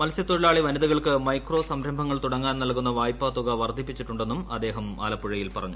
മത്സ്യതൊഴിലാളി വനിതകൾക്ക് മൈക്രോ സംരഭങ്ങൾ തുടങ്ങാൻ നൽകുന്ന വായ്പ തുക വർധിപ്പിച്ചിട്ടുണ്ടെന്നും അദ്ദേഹും ആലപ്പുഴയിൽ പറഞ്ഞു